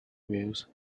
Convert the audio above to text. wheels